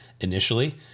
initially